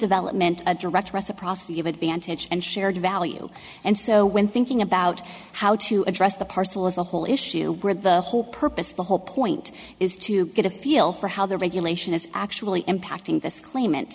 development a direct reciprocity of advantage and shared value and so when thinking about how to address the parcel as a whole issue where the whole purpose the whole point is to get a feel for how the regulation is actually impacting this claimant